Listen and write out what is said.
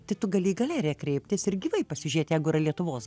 tik tu gali į galeriją kreiptis ir gyvai pasižiūrėt jeigu yra lietuvos